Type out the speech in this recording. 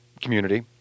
community